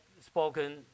spoken